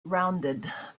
rounded